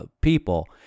people